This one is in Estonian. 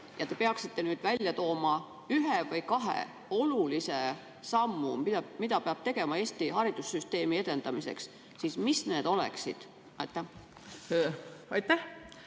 Kui te peaksite nüüd välja tooma üks-kaks olulist sammu, mida peab tegema Eesti haridussüsteemi edendamiseks, siis mis need oleksid? Aitäh,